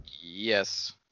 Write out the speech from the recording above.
Yes